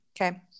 okay